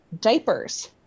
diapers